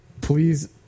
Please